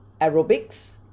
aerobics